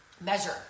measure